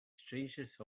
strangeness